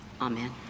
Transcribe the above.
Amen